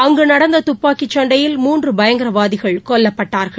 அங்குநடந்ததுப்பாக்கிசண்டையில் மூன்றுபயங்கரவாதிகள் கொல்லப்பட்டார்கள்